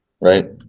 Right